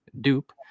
dupe